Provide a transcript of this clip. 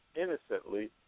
innocently